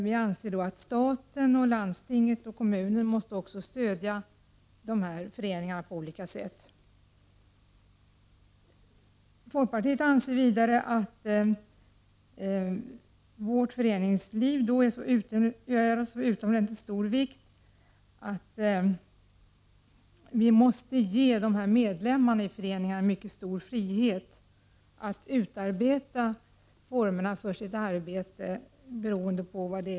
Vi anser att staten, landsting och kommuner också måste stödja dessa föreningar på olika sätt. Folkpartiet anser att medlemmarna och föreningarna måste ha mycket stor frihet att utarbeta formerna för sitt arbete.